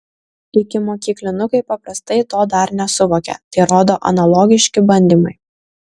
ikimokyklinukai paprastai to dar nesuvokia tai rodo analogiški bandymai